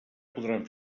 podran